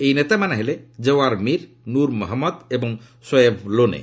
ଏହି ନେତାମାନେ ହେଲେ ଯଓ୍ୱାର୍ ମିର୍ ନୁର୍ ମହମ୍ମଦ ଏବଂ ସୋୟାବ୍ ଲୋନେ